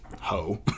ho